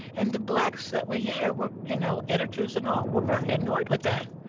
and the blacks that were here were you know, editors and all were very annoyed with that.